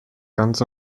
ganz